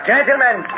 Gentlemen